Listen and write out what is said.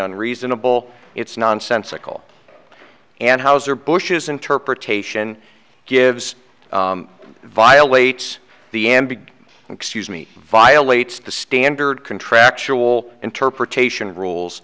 on reasonable it's nonsensical and houser bush's interpretation gives violates the m b excuse me violates the standard contractual interpretation rules